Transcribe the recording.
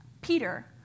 Peter